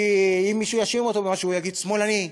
כי אם מישהו יאשים אותו במשהו, הוא יגיד, שמאלני,